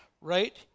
right